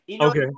Okay